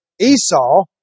Esau